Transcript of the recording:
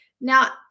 Now